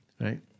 Right